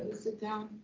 sit down?